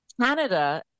Canada